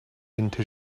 into